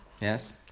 Yes